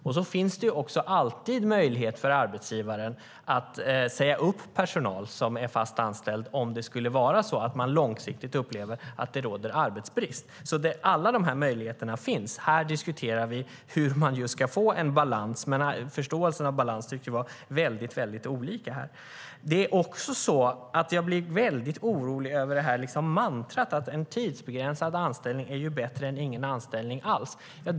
Dessutom finns alltid möjlighet för arbetsgivaren att säga upp personal som är fast anställd om man långsiktigt upplever att det råder arbetsbrist. Alla dessa möjligheter finns. Nu diskuterar vi hur man ska få balans. Förståelsen av ordet balans tycks vara väldigt olika. Jag blir mycket orolig över det mantra som upprepas, att en tidsbegränsad anställning är bättre än ingen anställning alls.